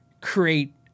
create